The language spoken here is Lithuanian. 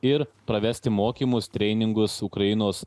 ir pravesti mokymus treiningus ukrainos